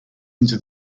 into